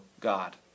God